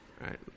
Right